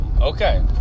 okay